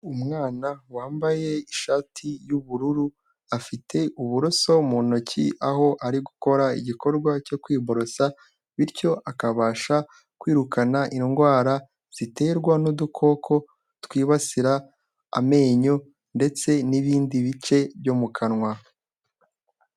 Umwana wambaye ishati y'ubururu, afite uburoso mu ntoki aho ari gukora igikorwa cyo kwiborosa bityo akabasha kwirukana indwara ziterwa n'udukoko twibasira amenyo ndetse n'ibindi bice byo mu kanwa.